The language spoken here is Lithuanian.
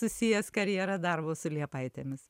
susijęs karjera darbu su liepaitėmis